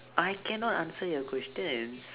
I cannot answer your questions